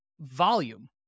volume